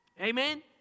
Amen